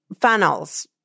funnels